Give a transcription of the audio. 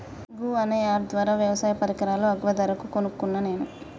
గూ అనే అప్ ద్వారా వ్యవసాయ పరికరాలు అగ్వ ధరకు కొనుకున్న నేను